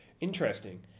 Interesting